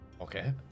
Okay